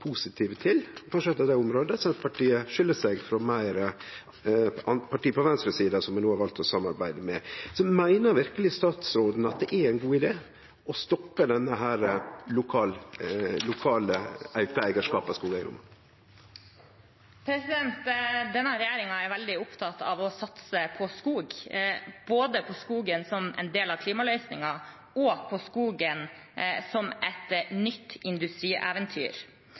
til. På det området skil Senterpartiet seg frå eit anna parti på venstresida som ein no har valt å samarbeide med. Meiner verkeleg statsråden at det er ein god idé å stoppe auka lokalt eigarskap av skogeigedomar? Denne regjeringen er veldig opptatt av å satse på skog, både på skogen som en del av klimaløsningen, og på skogen som et nytt industrieventyr.